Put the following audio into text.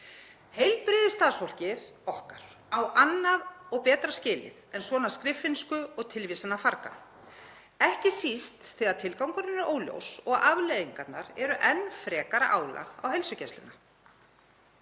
Heilbrigðisstarfsfólkið okkar á annað og betra skilið en svona skriffinnsku- og tilvísanafargan, ekki síst þegar tilgangurinn er óljós og afleiðingarnar eru enn frekara álag á heilsugæsluna.